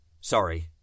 Sorry